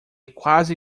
quase